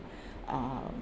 uh